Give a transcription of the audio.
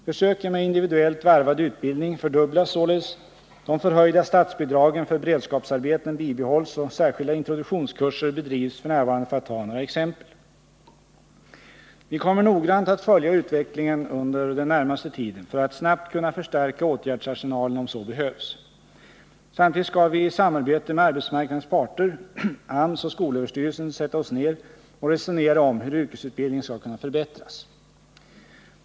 Försöken med individuellt varvad utbildning fördubblas således, de förhöjda statsbidragen för beredskapsarbeten bibehålls och särskilda introduktionskurser bedrivs f. n., för att ta några exempel. Vi kommer noggrant att följa utvecklingen under den närmaste tiden för att snabbt kunna förstärka åtgärdsarsenalen om så behövs. Samtidigt skall vi i samarbete med arbetsmarknadens parter, AMS och skolöverstyrelsen sätta oss ned och resonera om hur yrkesutbildningen skall kunna förbättras.